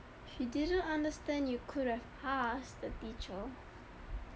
she didn't understand you could have asked the teacher